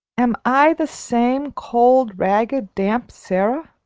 am i the same cold, ragged, damp sara?